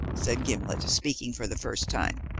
said gimblet, speaking for the first time,